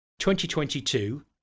2022